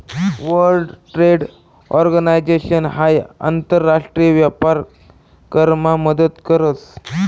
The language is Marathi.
वर्ल्ड ट्रेड ऑर्गनाईजेशन हाई आंतर राष्ट्रीय व्यापार करामा मदत करस